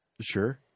Sure